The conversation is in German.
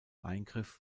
eingriff